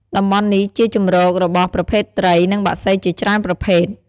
តំបន់នេះជាជម្រករបស់ប្រភេទត្រី និងបក្សីជាច្រើនប្រភេទ។